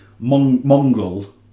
Mongol